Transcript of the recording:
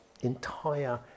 entire